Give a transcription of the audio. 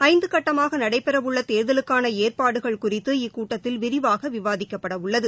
ஐந்து கட்டமாக நடைபெறவுள்ள தேர்தலுக்கான ஏற்பாடுகள் குறித்து இக்கூட்டத்தில் விரிவாக விவாதிக்கப்படவுள்ளது